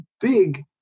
big